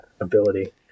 ability